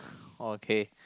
okay